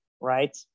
right